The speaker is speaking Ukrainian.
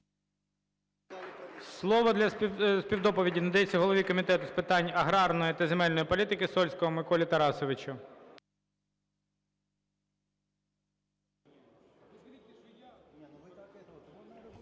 Слово для співдоповіді надається голові Комітету з питань аграрної та земельної політики Сольському Миколі Тарасовичу.